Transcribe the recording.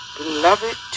beloved